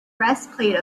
breastplate